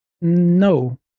No